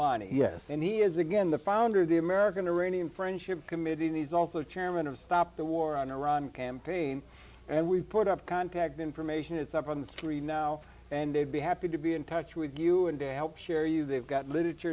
omani yes and he is again the founder of the american to raney and friendship committee in these also chairman of stop the war on iran campaign and we've put up contact information is up on the three now and they'd be happy to be in touch with you and dan help share you they've got literature